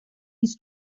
his